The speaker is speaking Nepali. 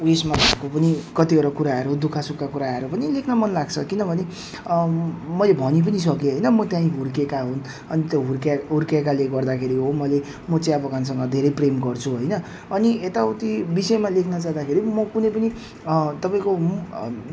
उयसमा भएको पनि कतिवटा कुराहरू दुःख सुखको कुराहरू पनि लेख्न मन लाग्छ किनभने मैले भनी पनि सकेँ होइन म त्यहीँ हुर्केका हुँ अनि त्यो हुर्केँ हुर्केकाले गर्दाखेरि हो मैले म चाहिँ अब बगानसँग धेरै प्रेम गर्छु होइन अनि यता उति विषयमा लेख्न जाँदाखेरि म कुनै पनि तपाईँको म